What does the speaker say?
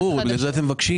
זה ברור, לכן אתם מבקשים.